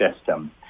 system